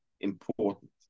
important